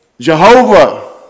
Jehovah